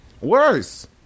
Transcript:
Worse